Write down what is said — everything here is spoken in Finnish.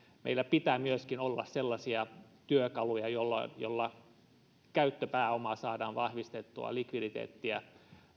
meillä pitää myöskin olla sellaisia työkaluja joilla käyttöpääomaa saadaan vahvistettua likviditeettiä